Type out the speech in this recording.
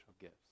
gifts